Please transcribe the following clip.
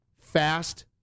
Fast